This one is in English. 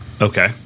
Okay